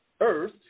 earth